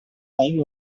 times